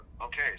okay